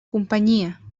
companyia